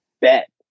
Bet